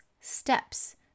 steps